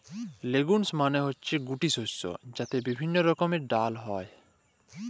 legumes মালে হচ্যে গুটি শস্য যাতে বিভিল্য রকমের ডাল হ্যয়